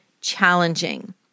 challenging